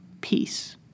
peace